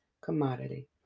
commodity